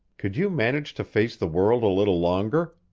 could you manage to face the world a little longer?